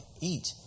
eat